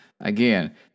again